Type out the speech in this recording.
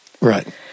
Right